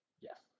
yes